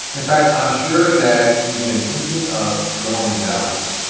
in fact, i'm sure that you've been thinking of your own examples.